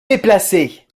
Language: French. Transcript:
déplacées